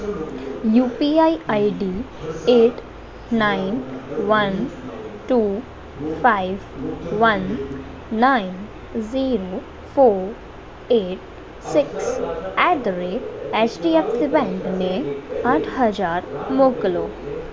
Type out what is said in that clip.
UPI ID at nine one two five one nine zero four at six at the rate HDFC બેંકને આઠ હજાર મોકલો